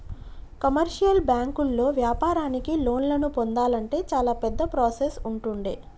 commercial బ్యాంకుల్లో వ్యాపారానికి లోన్లను పొందాలంటే చాలా పెద్ద ప్రాసెస్ ఉంటుండే